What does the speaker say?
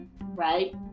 right